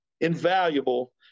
invaluable